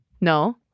No